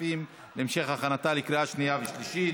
הכספים להמשך הכנתה לקריאה שנייה ושלישית.